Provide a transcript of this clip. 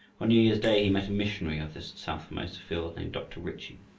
on new year's day he met a missionary of this south formosa field, named dr. ritchie.